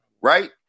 right